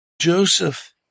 Joseph